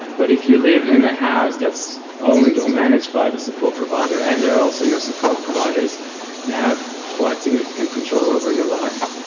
but if you live in a house that's owned or managed by the support provider, and they're also your support providers, they have quite significant control over your life.